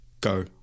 go